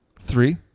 Three